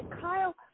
kyle